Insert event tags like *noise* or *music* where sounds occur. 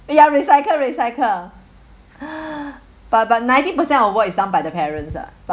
ya recycle recycle *breath* but but ninety percent of work is done by the parents ah done